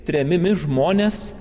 tremiami žmonės